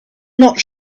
not